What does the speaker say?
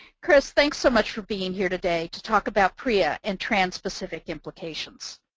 chris, thanks so much for being here today to talk about prea and trans-specific implications.